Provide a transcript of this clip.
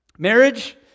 Marriage